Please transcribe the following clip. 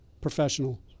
professional